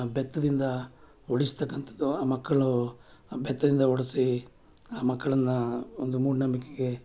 ಬೆತ್ತದಿಂದ ಹೊಡೆಸ್ತಕ್ಕಂಥದ್ದು ಆ ಮಕ್ಕಳೂ ಬೆತ್ತದಿಂದ ಹೊಡ್ಸಿ ಆ ಮಕ್ಕಳನ್ನ ಒಂದು ಮೂಢನಂಬಿಕೆಗೆ